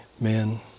men